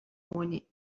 oni